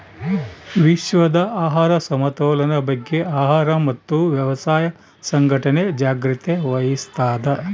ವಿಶ್ವದ ಆಹಾರ ಸಮತೋಲನ ಬಗ್ಗೆ ಆಹಾರ ಮತ್ತು ವ್ಯವಸಾಯ ಸಂಘಟನೆ ಜಾಗ್ರತೆ ವಹಿಸ್ತಾದ